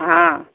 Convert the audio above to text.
हाँ